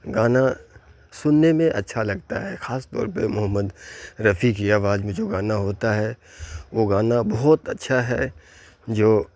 گانا سننے میں اچھا لگتا ہے خاص طور پہ محمد رفیع کی آواز میں جو گانا ہوتا ہے وہ گانا بہت اچھا ہے جو